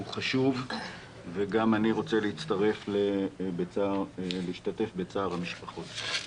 הוא חשוב וגם אני רוצה להצטרף ולהשתתף בצער המשפחות.